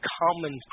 common